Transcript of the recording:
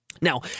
Now